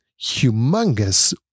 humongous